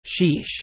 Sheesh